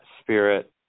spirit